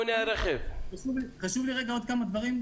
חשוב לי עוד כמה דברים.